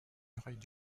muraille